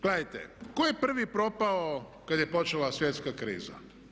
Gledajte, tko je prvi propao kad je počela svjetska kriza?